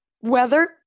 weather